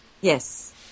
Yes